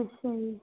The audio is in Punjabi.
ਅੱਛਾ ਜੀ